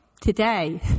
today